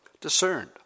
discerned